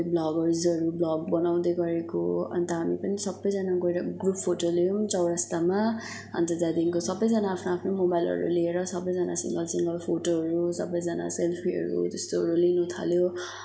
कोही ब्लगर्सहरू ब्लग बनाउँदै गरेको अन्त हामी पनि सबैजना गएर ग्रुप फोटो लियौँ चौरस्तामा अन्त त्यहाँदेखि सबैजना आफ्नो आफ्नो मोबाइलहरू लिएर सबैजना सिङ्गल सिङ्गल फोटोहरू सबैजना सेल्फीहरू त्यस्तोहरू लिनुथाल्यो